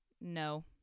no